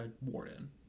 warden